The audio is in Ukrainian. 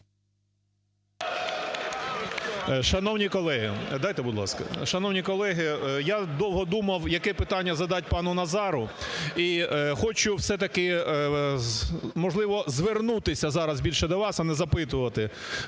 Шановні колеги, я довго думав, яке питання задати пану Назару, і хочу все-таки, можливо, звернутися зараз більше до вас, а не запитувати.